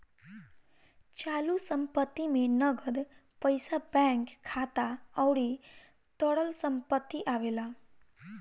चालू संपत्ति में नगद पईसा बैंक खाता अउरी तरल संपत्ति आवेला